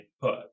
put